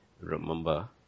remember